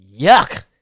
yuck